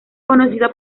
conocida